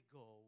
go